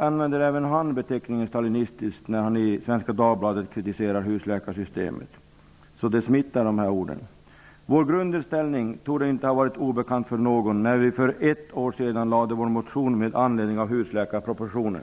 använder även han beteckningen stalinistiskt när han i svenska Dagbladet kritiserar husläkarsystemet. Så det smittar det här ordet. Vår grundinställning torde inte ha varit obekant för någon när vi för ett år sedan väckte vår motion med anledning av husläkarpropositionen.